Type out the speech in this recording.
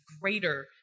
greater